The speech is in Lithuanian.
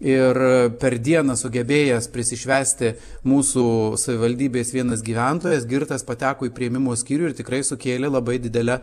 ir per dieną sugebėjęs prisišvęsti mūsų savivaldybės vienas gyventojas girtas pateko į priėmimo skyrių ir tikrai sukėlė labai didelę